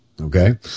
Okay